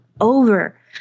over